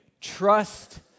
Trust